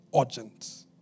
urgent